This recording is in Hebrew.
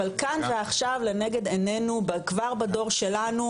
אבל כאן ועכשיו לנגד עיננו כבר בדור שלנו,